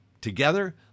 Together